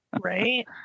Right